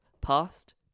past